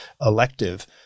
elective